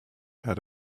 had